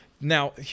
Now